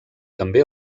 també